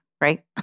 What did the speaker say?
right